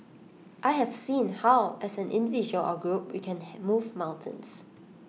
I have seen how as an individual or A group we can move mountains